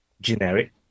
generic